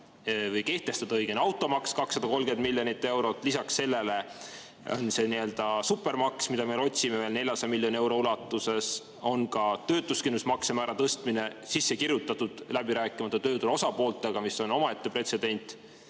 kehtestada automaks 230 miljonit eurot, lisaks sellele on see nii-öelda supermaks, mida me veel otsime, 400 miljoni euro ulatuses, on ka töötuskindlustusmakse määra tõstmine sisse kirjutatud – läbi rääkimata tööturu osapooltega, mis on omaette pretsedent